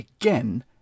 again